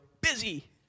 Busy